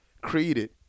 created